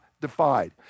defied